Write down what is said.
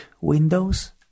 windows